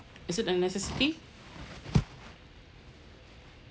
is it a necessity